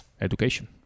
education